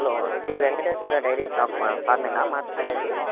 hello Shri Venkateshwara dairy farm ఫార్మేనా మాట్లాడేడి